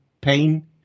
pain